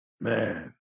Man